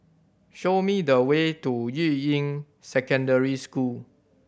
show me the way to Yuying Secondary School